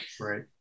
Right